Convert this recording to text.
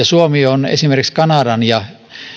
suomi on esimerkiksi kanadan ja